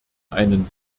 einen